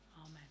Amen